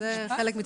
אפשר גם לעמוד